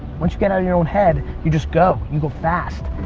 once you get out of your own head, you just go, you go fast.